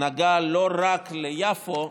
נגעה לא רק ליפו,